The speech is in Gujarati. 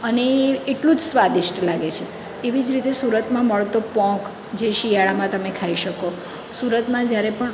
અને એ એટલું જ સ્વાદિષ્ટ લાગે છે એવી રીતે સુરતમાં મળતો પોંક જે શિયાળામાં તમે ખાઈ શકો સુરતમાં જ્યારે પણ